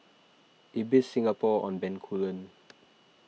Ibis Singapore on Bencoolen